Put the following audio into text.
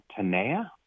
Tanea